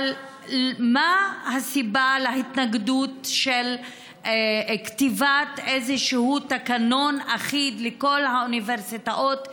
אבל מה הסיבה להתנגדות לכתיבת איזשהו תקנון אחיד לכל האוניברסיטאות,